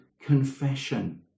confession